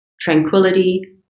tranquility